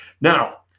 Now